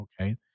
okay